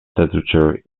statutory